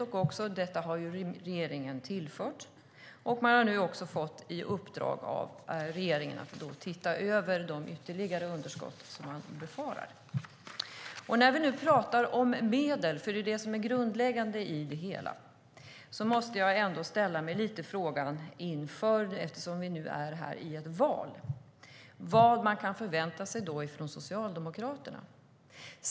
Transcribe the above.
De pengarna har regeringen tillfört. Man har nu fått i uppdrag av regeringen att se över de ytterligare underskott man befarar. När vi nu talar om medel - det är ju det grundläggande i det hela - måste jag ändå, nu när vi står inför ett val, ställa frågan vad man kan vänta sig från Socialdemokraterna.